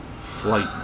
flight